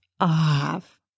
off